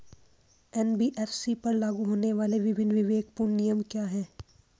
NBFC पर लागू होने वाले विभिन्न विवेकपूर्ण नियम क्या हैं?